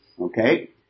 Okay